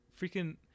freaking